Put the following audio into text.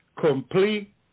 complete